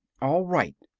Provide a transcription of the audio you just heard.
all right,